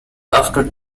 after